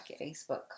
Facebook